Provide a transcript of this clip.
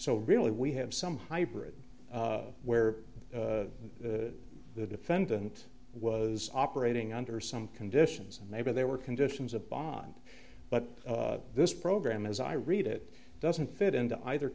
so really we have some hybrid where the defendant was operating under some conditions and maybe there were conditions of bond but this program as i read it doesn't fit into either